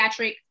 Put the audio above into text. pediatric